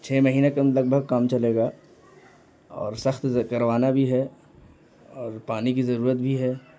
چھ مہینے کم لگ بھگ کام چلے گا اور سخت سے کروانا بھی ہے اور پانی کی ضرورت بھی ہے